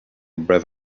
breath